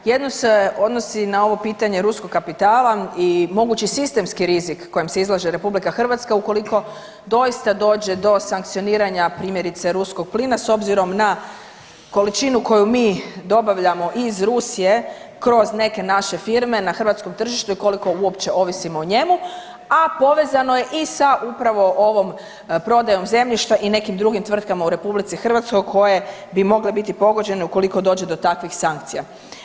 Jedno se odnosi na ovo pitanje ruskog kapitala i mogući sistemski rizik kojem se izlaže Republika Hrvatska ukoliko doista dođe do sankcioniranja primjerice ruskog plina s obzirom na količinu koju mi dobavljamo iz Rusije kroz neke naše firme na hrvatskom tržištu i koliko uopće ovisimo o njemu, a povezano je i sa upravo ovom prodajom zemljišta i nekim drugim tvrtkama u Republici Hrvatskoj koje bi mogle biti pogođene ukoliko dođe do takvih sankcija.